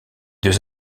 deux